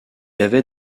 avait